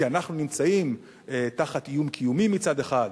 כי אנחנו נמצאים תחת איום קיומי מצד אחד,